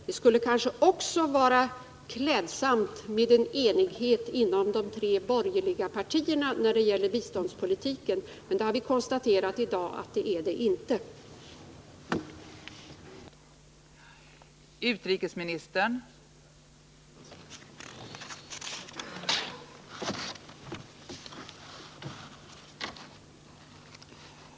Det skulle kanske också vara klädsamt med enighet mellan de tre borgerliga partierna när det gäller biståndspolitiken, men vi har konstaterat i dag att den enigheten inte finns.